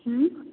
ହୁଁ